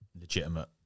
legitimate